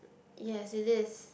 yes it is